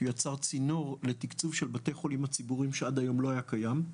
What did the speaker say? כי הוא יצר צינור לתקצוב של בתי החולים הציבוריים שעד היום לא היה קיים,